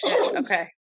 Okay